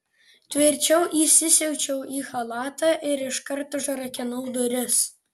tvirčiau įsisiaučiau į chalatą ir iškart užrakinau duris